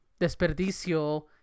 desperdicio